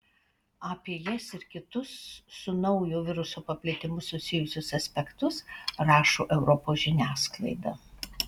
apie jas ir kitus su naujo viruso paplitimu susijusius aspektus rašo europos žiniasklaida